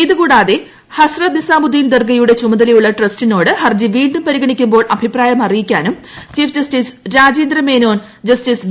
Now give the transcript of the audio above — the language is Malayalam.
ഇതുകൂടാതെ ഹസ്രത്ത് നിസാമുദ്ദീൻ ദർഗയുടെ ചുമതലയുള്ള ട്രസ്റ്റിനോട് ഹർജി വീണ്ടും പരിഗണിക്കുമ്പോൾ അഭിപ്രായം അറിയിക്കാനും chief justice Rajendra Menon justice V